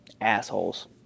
Assholes